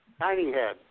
Tinyhead